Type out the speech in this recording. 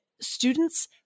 students